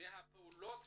מהפעולות